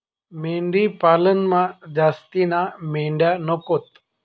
मेंढी पालनमा जास्तीन्या मेंढ्या नकोत